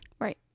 Right